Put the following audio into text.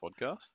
podcast